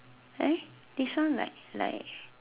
eh this one like like